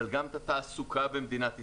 אבל גם את התעסוקה במדינת ישראל.